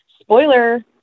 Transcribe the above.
spoiler